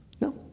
No